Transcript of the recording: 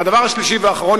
והדבר השלישי והאחרון,